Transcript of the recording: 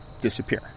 disappear